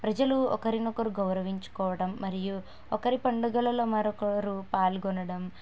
ప్రజలు ఒకరినొకరు గౌరవించుకోవడం మరియు ఒకరి పండుగలలో మరొకరు పాల్గొనడం